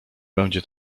będzie